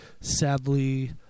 sadly